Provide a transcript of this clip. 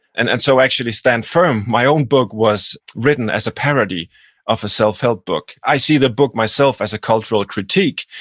and and so actually, stand firm, my own book was written as a parody of a self-help book. i see the book myself as a cultural critique,